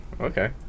okay